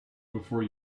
before